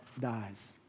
dies